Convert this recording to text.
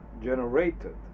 generated